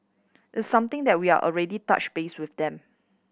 it's something that we are already touched base with them